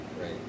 right